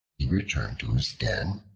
he returned to his den,